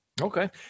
Okay